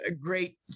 great